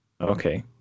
Okay